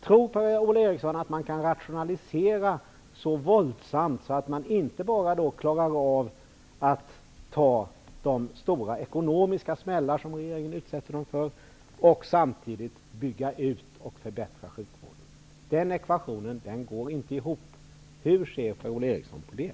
Tror Per-Ola Eriksson att det går att rationalisera så våldsamt att det går att klara av inte bara de stora ekonomiska smällar som följer av regeringens politik utan även utbyggnad och förbättring av sjukvården? Den ekvationen går inte ihop! Hur ser Per-Ola Eriksson på det?